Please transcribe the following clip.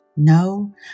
No